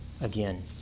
again